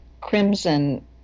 Crimson